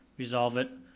resolve it,